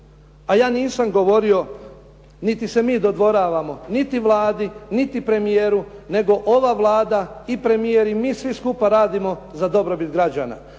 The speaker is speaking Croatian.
a ja nisam govorio niti se mi dodvoravamo niti Vladi, niti premijeru nego ova Vlada i premijer i mi svi skupa radimo za dobrobit građana.